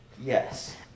Yes